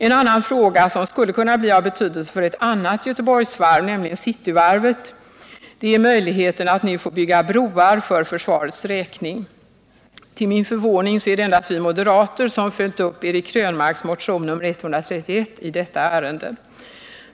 En annan fråga som skulle kunna bli av betydelse för ett annat Göteborgsvarv, nämligen Cityvarvet, är möjligheten att nu få bygga broar för försvarets räkning. Till min förvåning är det endast vi moderater som följt upp Eric Krönmarks motion nr 131 i detta ärende.